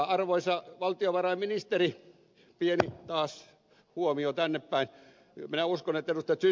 arvoisa valtiovarainministeri pieni huomio taas tännepäin minä uskon että ed